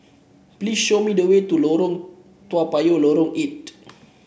please show me the way to Lorong Toa Payoh Lorong Eight